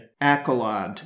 accolade